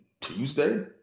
Tuesday